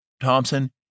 Thompson